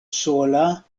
sola